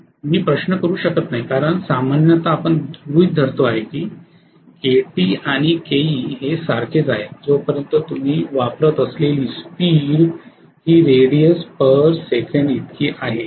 मी प्रश्न करू शकत नाही कारण सामान्यत आपण गृहीत धरतो आहे की Kt आणि Ke हे सारखेच आहेत जोपर्यंत तुम्ही वापरत असलेली स्पीड ही रेडियस पर सेकंड इतकी आहे